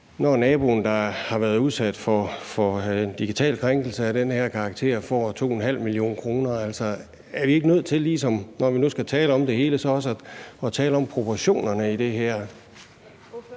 når naboen, der har været udsat for en digital krænkelse af den her karakter, får 2,5 mio. kr.? Er vi ligesom ikke nødt til, når vi nu skal tale om det hele, så også at tale om proportionerne i det her?